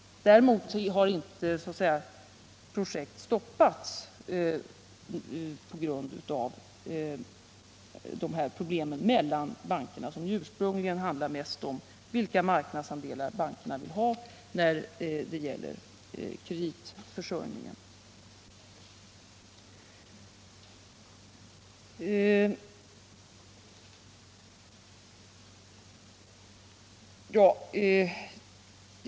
Däremot har inga projekt stoppats på grund av dessa problem bankerna emellan, som ursprungligen handlade mest om vilka marknadsandelar bankerna ville ha när det gällde kreditförsörjningen.